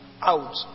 out